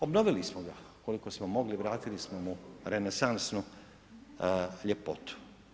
Obnovili smo ga koliko smo mogli, vratili smo mu renesansnu ljepotu.